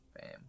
Bam